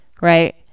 right